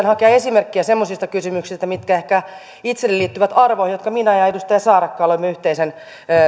hakea esimerkkiä semmoisista kysymyksistä mitkä ehkä itselläni liittyvät arvoihin jotka minä ja edustaja saarakkala olemme yhteisen